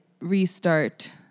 restart